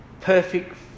perfect